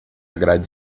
grade